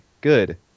Good